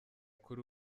kuri